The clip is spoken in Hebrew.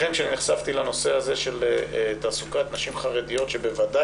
לכן כשנחשפתי לנושא הזה של תעסוקת נשים חרדיות שבוודאי